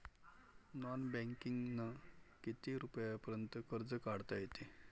Non बँकिंगनं किती रुपयापर्यंत कर्ज काढता येते?